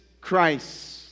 Christ